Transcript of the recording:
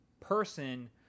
person